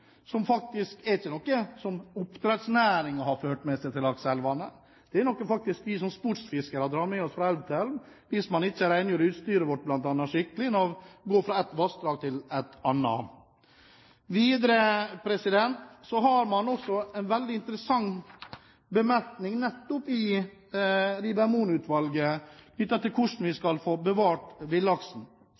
ikke er noe oppdrettsnæringen har ført med seg til lakseelvene. Det er faktisk noe vi som sportsfiskere drar med oss fra elv til elv hvis vi ikke rengjør utstyret skikkelig før vi går fra et vassdrag til et annet. Videre er det også en veldig interessant bemerkning fra Rieber-Mohn-utvalget om hvordan vi skal bevare villaksen.